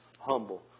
humble